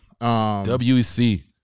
WEC